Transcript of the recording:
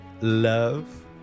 Love